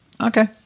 okay